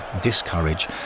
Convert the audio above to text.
discourage